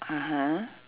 (uh huh)